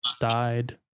died